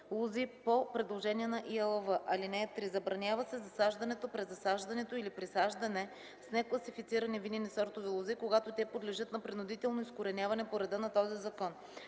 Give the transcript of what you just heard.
лози по предложение на ИАЛВ. (3) Забранява се засаждането, презасаждането или присаждане с некласифицирани винени сортове лози, като те подлежат на принудително изкореняване по реда на този закон.